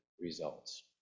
results